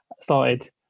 started